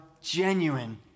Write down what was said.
genuine